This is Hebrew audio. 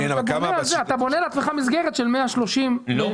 אתה בונה לעצמך מסגרת של 130 ל-2022.